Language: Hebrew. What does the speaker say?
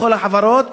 בכל החברות,